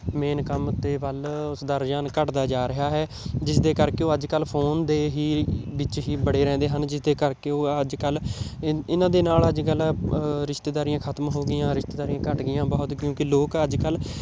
main ਕੰਮ ਦੇ ਵੱਲ ਉਸਦਾ ਰੁਝਾਨ ਘੱਟਦਾ ਜਾ ਰਿਹਾ ਹੈ ਜਿਸਦੇ ਕਰਕੇ ਉਹ ਅੱਜ ਕੱਲ੍ਹ ਫੋਨ ਦੇ ਹੀ ਵਿੱਚ ਹੀ ਵੜੇ ਰਹਿੰਦੇ ਹਨ ਜਿਸਦੇ ਕਰਕੇ ਉਹ ਅੱਜ ਕੱਲ੍ਹ ਇਹਨਾਂ ਦੇ ਨਾਲ ਅੱਜ ਕੱਲ੍ਹ ਰਿਸ਼ਤੇਦਾਰੀਆਂ ਖਤਮ ਹੋ ਗਈਆਂ ਰਿਸ਼ਤੇਦਾਰੀਆਂ ਘੱਟ ਗਈਆਂ ਬਹੁਤ ਕਿਉਂਕਿ ਲੋਕ ਅੱਜ ਕੱਲ੍ਹ